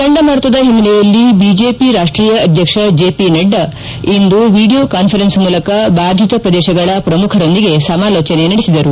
ಚಂಡಮಾರುತದ ಹಿನ್ನೆಲೆಯಲ್ಲಿ ಬಿಜೆಪಿ ರಾಷ್ಟೀಯ ಅಧ್ಯಕ್ಷ ಜಿಪಿ ನಡ್ಡಾ ಇಂದು ವಿಡಿಯೋ ಕಾನ್ಸರೆನ್ಸ್ ಮೂಲಕ ಭಾದಿತ ಪ್ರದೇಶಗಳ ಪ್ರಮುಖರೊಂದಿಗೆ ಸಮಾಲೋಚನೆ ನಡೆಸಿದರು